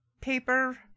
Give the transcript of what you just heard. paper